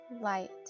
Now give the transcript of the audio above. light